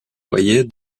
loyer